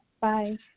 Bye